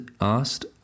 asked